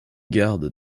gardes